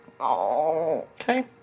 Okay